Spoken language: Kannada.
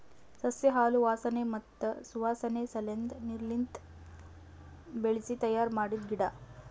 ಸಸ್ಯ ಹಾಲು ವಾಸನೆ ಮತ್ತ್ ಸುವಾಸನೆ ಸಲೆಂದ್ ನೀರ್ಲಿಂತ ಬೆಳಿಸಿ ತಯ್ಯಾರ ಮಾಡಿದ್ದ ಗಿಡ